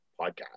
Podcast